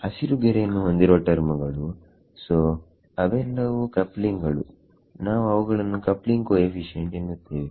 ಹಸಿರು ಗೆರೆಯನ್ನು ಹೊಂದಿರುವ ಟರ್ಮುಗಳುಸೋ ಅವೆಲ್ಲವೂ ಕಪ್ಲಿಂಗ್ ಗಳು ನಾವು ಅವುಗಳನ್ನು ಕಪ್ಲಿಂಗ್ ಕೋಎಫೀಶಿಯೆಂಟ್ ಎನ್ನುತ್ತೇವೆ